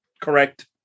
correct